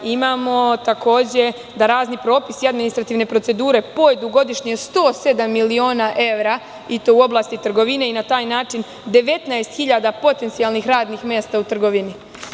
Imamo takođe da razni propisi i administrativne procedure pojedinu godišnje 107 miliona evra i to u oblasti trgovine i na taj način 19.000 potencijalnih radnih meta u trgovini.